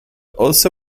also